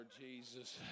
Jesus